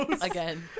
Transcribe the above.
Again